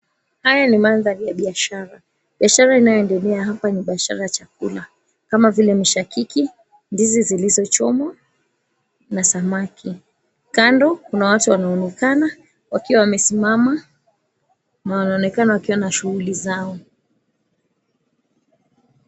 Haya ni maandhari ya biashara. Biasha inayo endelea hapa ni biashara ya chakula kama vile kishakiki, ndizi zilizochomwa na samaki. Kando kuna watu wanaonekana wakiwa wamesimama ama wanaonekana wakiwa na shughuli zao.